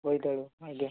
ବୋଇତାଳୁ ଆଜ୍ଞା